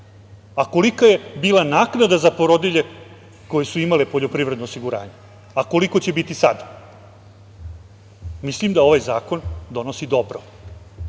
a kolika je bila naknada za porodilje koje su imale poljoprivredno osiguranje, a koliko će biti sada? Mislim da ovaj zakon donosi dobro.